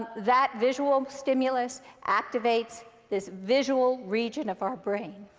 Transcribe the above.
that visual stimulus activates this visual region of our brain.